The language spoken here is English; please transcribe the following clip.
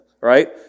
right